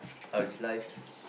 how is life